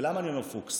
ולמה אני אומר פוקס?